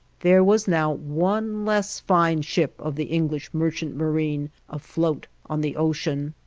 there was now one less fine ship of the english merchant marine afloat on the ocean!